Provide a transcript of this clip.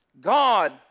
God